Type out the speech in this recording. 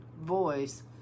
voice